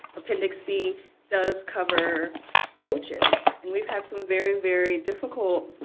appendix b does cover coaches, and we've had some very, very difficult